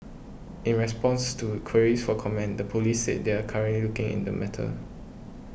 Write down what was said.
in response to queries for comment the police said they are currently looking in the matter